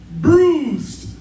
bruised